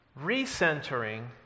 recentering